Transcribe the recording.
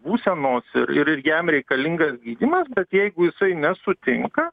būsenos ir ir jam reikalingas gydymas bet jeigu jisai nesutinka